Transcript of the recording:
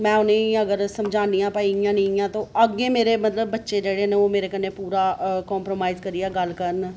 में उ'नेंगी अगर समझानियां ई इ'यां नेई इ'यां नेई मलतबअग्गै मेरे बच्चे मेरे ने पूरा कोम्प्रोमाइज करियै गल्ल करन